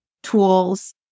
tools